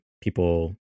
people